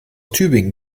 tübingen